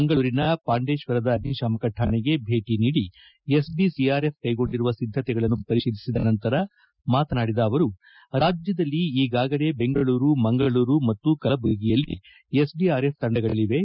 ಮಂಗಳೂರಿನ ಪಾಂಡೇಶ್ವರದ ಅಗ್ನಿಶಾಮಕ ಠಾಣೆಗೆ ಭೇಟನೀಡಿ ಎಸ್ಡಿಸಿಆರ್ಎಫ್ ಕೈಗೊಂಡಿರುವ ಸಿದ್ಧತೆಗಳನ್ನು ಪರಿಶೀಲಿಸಿದ ನಂತರ ಮಾತನಾಡಿದ ಅವರು ರಾಜ್ಯದಲ್ಲಿ ಈಗಾಗಲೇ ಬೆಂಗಳೂರು ಮಂಗಳೂರು ಮತ್ತು ಕಲಬುರಗಿಯಲ್ಲಿ ಎಸ್ಡಿಆರ್ಎಫ್ ತಂಡಗಳಿವೆ